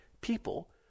people